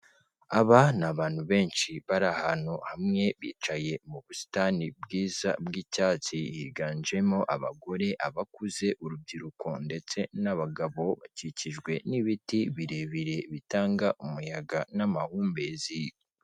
Aba ni abantu benshi bari ahantu hamwe bicaye mu busitani bwiza bw'icyatsi higanjemo abagore, abakuze, urubyiruko ndetse n'abagabo, bakikijwe n'ibiti birebire bitanga umuyaga n'amahumbezi.